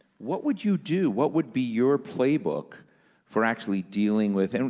what would you do? what would be your playbook for actually dealing with, and